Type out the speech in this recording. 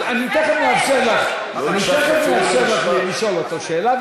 אז אני תכף מאפשר לך לשאול אותו שאלה,